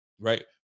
right